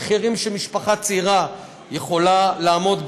מחירים שמשפחה צעירה יכולה לעמוד בהם.